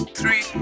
three